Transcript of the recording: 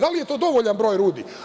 Da li je to dovoljan broj ljudi?